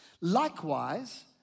likewise